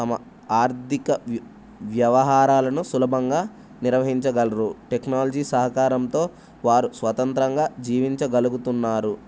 తమ ఆర్థిక వ వ్యవహారాలను సులభంగా నిర్వహించగలరు టెక్నాలజీ సహకారంతో వారు స్వతంత్రంగా జీవించగలుగుతున్నారు